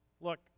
Look